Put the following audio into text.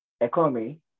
economy